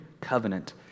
covenant